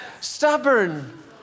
Stubborn